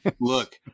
look